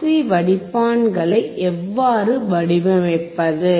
C வடிப்பான்களை எவ்வாறு வடிவமைப்பது